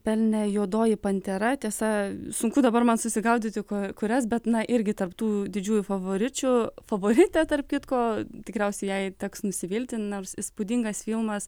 pelnė juodoji pantera tiesa sunku dabar man susigaudyti ku kurias bet na irgi tarp tų didžiųjų favoričių favoritę tarp kitko tikriausiai jai teks nusivilti nors įspūdingas filmas